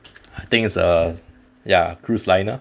I think it's err ya cruise liner